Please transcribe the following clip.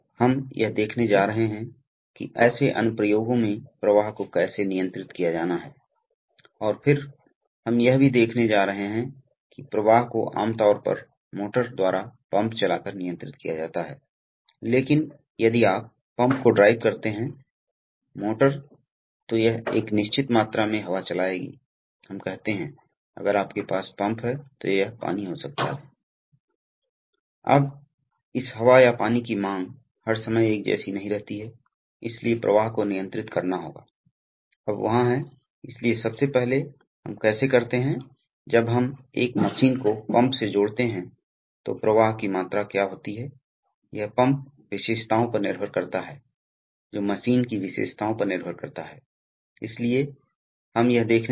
इसलिए न्यूमैटिक्स क्या है जैसा कि मैं अक्सर करता हूं मैंने ऑक्सफोर्ड रेफरेंस डिक्शनरी की जांच की और पाया कि न्यूमैटिक्स का मतलब दबाव में हवा या गैस द्वारा संचालित होता है इसलिए चूंकि हमारे पास पहले से ही कुछ व्याख्यान हैं हाइड्रोलिक नियंत्रण हाइड्रोलिक्स नियंत्रण में वे दोनों हाइड्रोलिक्स और न्यूमेटिक्स द्रव नियंत्रण प्रणालियों हैं जहां दबाव के तहत द्रव का उपयोग काम करने के लिए किया जाता है हाइड्रोलिक्स में यह तरल पदार्थ तेल है और न्यूमेटिक्स में यह हवा है यह संपीड़ित हवा है इसलिए संपीड़ित हवा का उपयोग करने के कुछ फायदे और नुकसान भी हैं